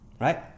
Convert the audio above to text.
right